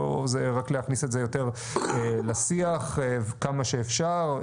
פה זה רק להכניס את זה יותר לשיח כמה שאפשר,